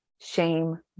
shame